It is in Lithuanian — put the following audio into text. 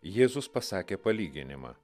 jėzus pasakė palyginimą